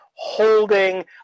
holding